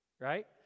Right